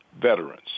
veterans